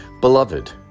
Beloved